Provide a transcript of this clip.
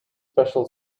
special